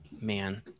man